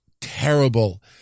terrible